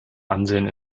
ansehen